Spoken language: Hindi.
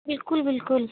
बिल्कुल बिल्कुल